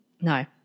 No